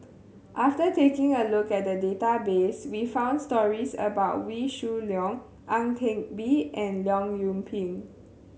after taking a look at the database we found stories about Wee Shoo Leong Ang Teck Bee and Leong Yoon Pin